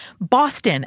Boston